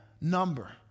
number